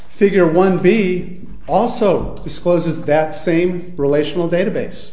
figure one be also discloses that same relational database